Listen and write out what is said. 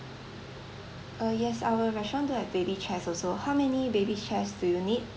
uh yes our restaurant do have baby chairs also how many baby chairs do you need